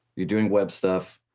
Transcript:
you're doing web stuff,